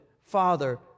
father